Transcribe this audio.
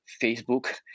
Facebook